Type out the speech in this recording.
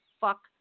fuck